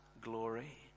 glory